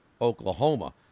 Oklahoma